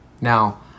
Now